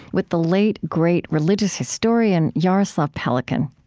with the late, great religious historian jaroslav pelikan.